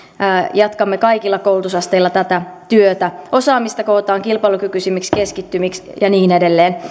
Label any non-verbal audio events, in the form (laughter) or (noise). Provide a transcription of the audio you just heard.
jatkamme kaikilla koulutusasteilla tätä työtä osaamista kootaan kilpailukykyisemmiksi keskittymiksi ja niin edelleen (unintelligible)